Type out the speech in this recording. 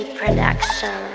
production